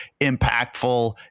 impactful